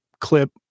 clip